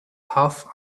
half